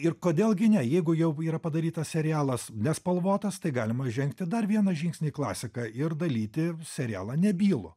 ir kodėl gi ne jeigu jau yra padarytas serialas nespalvotas tai galima žengti dar vieną žingsnį klasika ir dalyti serialą nebylų